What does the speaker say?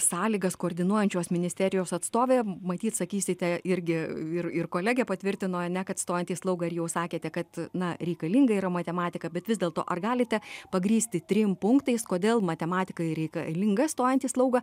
sąlygas koordinuojančios ministerijos atstovė matyt sakysite irgi ir ir kolegė patvirtino ane kad stojant į slaugą ir jau sakėte kad na reikalinga yra matematika bet vis dėlto ar galite pagrįsti trim punktais kodėl matematika reikalinga stojant į slaugą